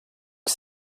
que